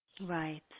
Right